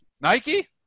Nike